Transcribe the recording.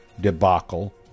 debacle